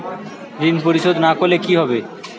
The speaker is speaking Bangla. ঋণ পরিশোধ না করলে কি হবে?